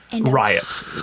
riots